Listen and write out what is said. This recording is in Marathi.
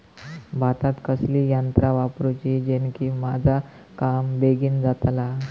भातात कसली यांत्रा वापरुची जेनेकी माझा काम बेगीन जातला?